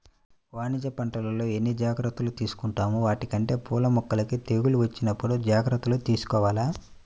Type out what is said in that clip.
వాణిజ్య పంటల్లో ఎన్ని జాగర్తలు తీసుకుంటామో వాటికంటే పూల మొక్కలకి తెగుళ్ళు వచ్చినప్పుడు జాగర్తలు తీసుకోవాల